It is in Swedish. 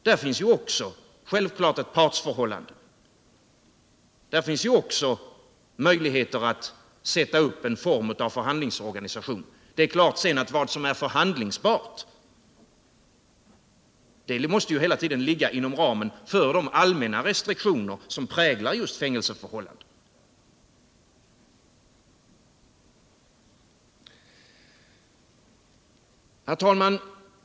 Där finns självfallet också ett partsförhållande. Där finns också möjligheter att sätta upp en form av förhandlingsorganisation. Sedan är det klart att det som är förhandlingsbart hela tiden måste ligga inom ramen för de allmänna restriktioner som präglar just fängelseförhållandena. Herr talman!